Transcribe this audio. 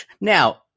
Now